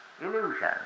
illusion